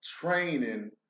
training